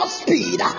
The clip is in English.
speed